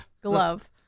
Glove